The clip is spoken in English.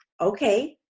okay